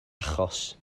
achos